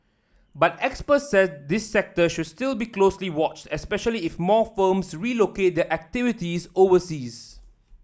but experts said this sector should still be closely watched especially if more firms relocate their activities overseas